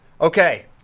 Okay